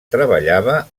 treballava